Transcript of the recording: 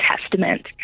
Testament